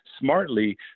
smartly